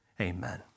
Amen